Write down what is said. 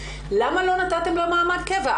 למה לא נתתם לה מעמד קבע?